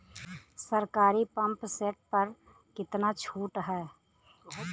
सरकारी pump set प कितना छूट हैं?